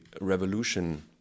revolution